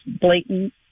blatant